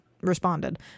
responded